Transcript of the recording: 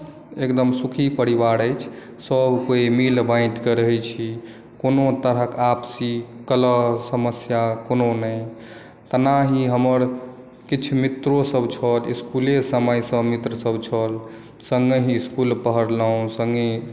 एकदम सुखी परिवार अछि सभ कोई मिल बाँटिकेँ रहै छी कोनो तरहक आपसी कलह समस्या कोनो नहि तेनाही हमर किछु मित्रो सभ छल इसकुले समयसँ मित्रो सभ छल सङ्गहि इसकुल पढ़लहुँ सङ्गहि